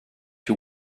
you